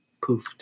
poofed